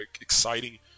exciting